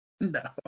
no